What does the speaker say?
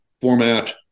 format